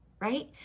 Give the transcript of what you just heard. right